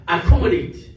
Accommodate